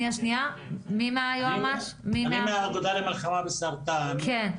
אני מהאגודה למלחמה בסרטן,